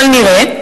אבל נראה,